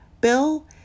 bill